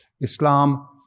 Islam